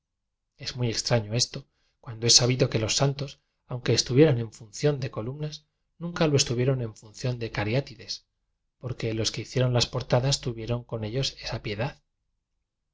es muy extraño esto cuando es sabido que los santos aun que estuvieran en función de columnas nunca lo estuvieron en función de cariáti des porque los que hicieron las portadas tuvieron con ellos esa piedad